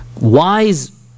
wise